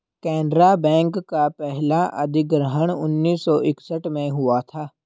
केनरा बैंक का पहला अधिग्रहण उन्नीस सौ इकसठ में हुआ था